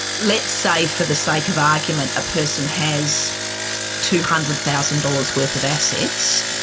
let's say for the sake of argument a person has two hundred thousand dollars worth of assets,